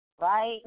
Right